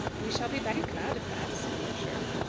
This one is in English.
we shall be very glad of that, said the usher.